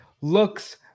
looks